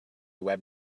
web